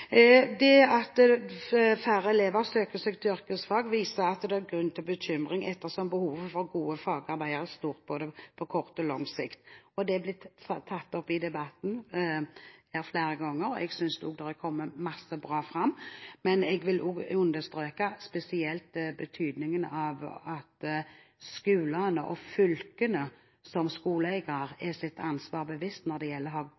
Det at færre elever søker seg til yrkesfag, viser at det er grunn til bekymring ettersom behovet for gode fagarbeidere er stort på både kort og lang sikt. Det er blitt tatt opp her i debatten flere ganger. Jeg synes det er kommet fram mye bra, men jeg vil understreke spesielt betydningen av at skolene og fylkene som skoleeiere er seg sitt ansvar bevisst når det gjelder